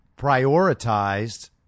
prioritized